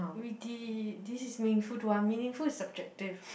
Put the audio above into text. we did this is meaningful too ah meaningful is subjective